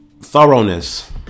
Thoroughness